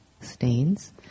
Stains